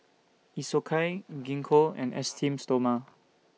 Isocal Gingko and Esteem Stoma